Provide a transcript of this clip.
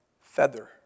feather